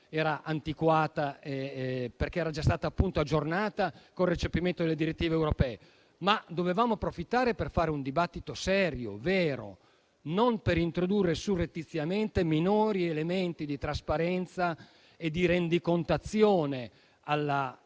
antiquata, perché era già stata aggiornata col recepimento delle direttive europee). Dovevamo approfittare per fare un dibattito serio, vero, non per introdurre surrettiziamente minori elementi di trasparenza e di rendicontazione al Parlamento,